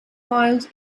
miles